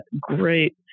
great